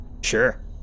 Sure